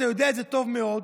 אתה יודע את זה טוב מאוד,